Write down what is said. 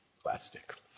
plastic